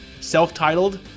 self-titled